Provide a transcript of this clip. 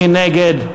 מי נגד?